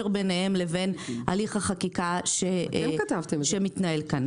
ביניהם לבין הליך החקיקה שמתנהל כאן.